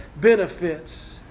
benefits